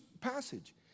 passage